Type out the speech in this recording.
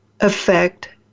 affect